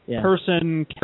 person